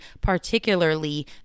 particularly